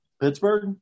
Pittsburgh